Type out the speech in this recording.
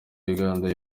uganda